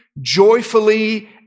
joyfully